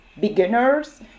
beginners